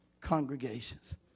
congregations